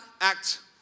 act